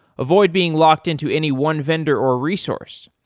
avoid being locked into any one vendor or resource.